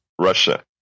Russia